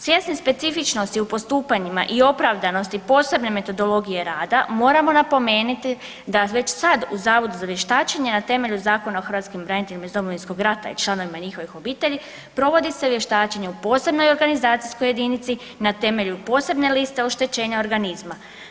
Svjesni specifičnosti u postupanjima i opravdanosti posebne metodologije rada moramo napomenuti da već sad u Zavodu za vještačenje na temelju Zakona o hrvatskim braniteljima iz Domovinskog rata i članovima njihovih obitelji provodi se vještačenje u posebnoj organizacijskoj jedinici na temelju posebne liste oštećenja organizma.